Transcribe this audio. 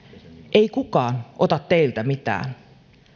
ei kukaan ota teiltä mitään